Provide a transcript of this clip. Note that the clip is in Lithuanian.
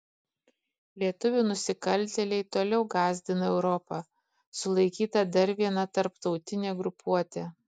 lietuvių nusikaltėliai toliau gąsdina europą sulaikyta dar viena tarptautinė grupuotė